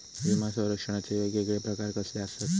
विमा सौरक्षणाचे येगयेगळे प्रकार कसले आसत?